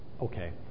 Okay